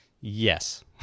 yes